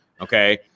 okay